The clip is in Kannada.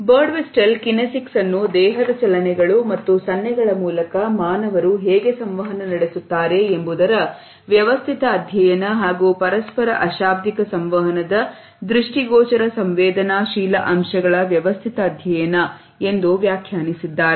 Birdwistell ಕಿನೆಸಿಕ್ಸ್ ಅನ್ನು ದೇಹದ ಚಲನೆಗಳು ಮತ್ತು ಸನ್ನೆಗಳ ಮೂಲಕ ಮಾನವರು ಹೇಗೆ ಸಂವಹನ ನಡೆಸುತ್ತಾರೆ ಎಂಬುದರ ವ್ಯವಸ್ಥಿತ ಅಧ್ಯಯನ ಹಾಗೂ ಪರಸ್ಪರ ಅಶಾಬ್ದಿಕ ಸಂವಹನದ ದೃಷ್ಟಿಗೋಚರ ಸಂವೇದನಾಶೀಲ ಅಂಶಗಳ ವ್ಯವಸ್ಥಿತ ಅಧ್ಯಯನ ಎಂದು ವ್ಯಾಖ್ಯಾನಿಸಿದ್ದಾರೆ